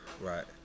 Right